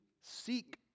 seek